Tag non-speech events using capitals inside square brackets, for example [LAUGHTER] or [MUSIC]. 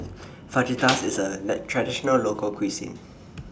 Fajitas IS A [UNINTELLIGIBLE] Traditional Local Cuisine